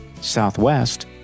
Southwest